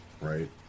right